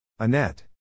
Annette